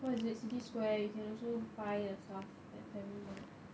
what is it city square you can also buy a stuff at family mart